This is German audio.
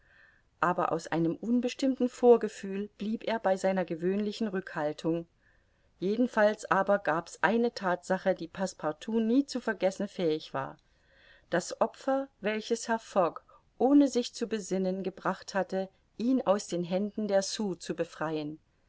aber aus einem unbestimmten vorgefühl blieb er bei seiner gewöhnlichen rückhaltung jedenfalls aber gab's eine thatsache die passepartout nie zu vergessen fähig war das opfer welches herr fogg ohne sich zu besinnen gebracht hatte ihn aus den händen der sioux zu befreien